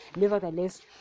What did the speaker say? Nevertheless